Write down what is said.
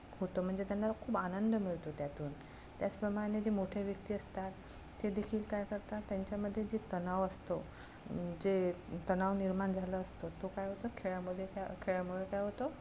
होतं म्हणजे त्यांना खूप आनंद मिळतो त्यातून त्याचप्रमाणे जे मोठे व्यक्ती असतात ते देखील काय करतात त्यांच्यामध्ये जे तणाव असतो जे तणाव निर्माण झाला असतो तो काय होतो खेळामध्ये काय खेळामुळे काय होतो